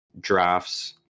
drafts